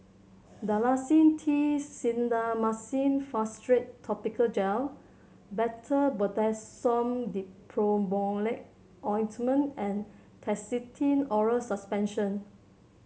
Dalacin T Clindamycin Phosphate Topical Gel Betamethasone Dipropionate Ointment and Nystatin Oral Suspension